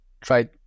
try